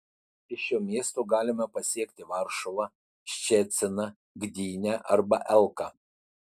iš šio miesto galima pasiekti varšuvą ščeciną gdynę arba elką